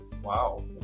Wow